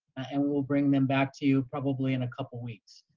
and we'll we'll bring them back to you probably in a couple weeks.